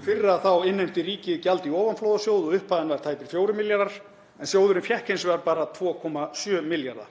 Í fyrra innheimti ríkið gjald í ofanflóðasjóð og upphæðin var tæpir 4 milljarðar en sjóðurinn fékk hins vegar bara 2,7 milljarða.